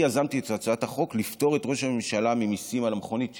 אני יזמתי את הצעת החוק לפטור את ראש הממשלה ממיסים על המכונית שלו.